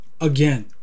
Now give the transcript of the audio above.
again